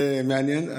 זה מעניין.